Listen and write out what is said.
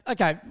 Okay